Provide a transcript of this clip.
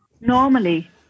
Normally